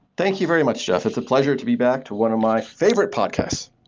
thank you very much, jeff. it's a pleasure to be back to one of my favorite podcasts.